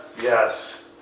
yes